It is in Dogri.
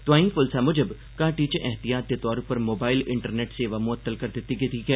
तोआई पुलसा मुजब घाटी च ऐहतियात दे तौर उप्पर मोबाईल इंटरनेट सेवा मुअत्तल करी दित्ती गेई ऐ